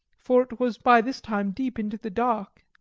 for it was by this time deep into the dark.